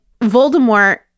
Voldemort